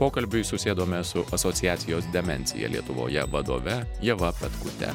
pokalbiui susėdome su asociacijos demencija lietuvoje vadove ieva petkute